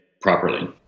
properly